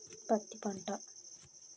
పత్తి పంట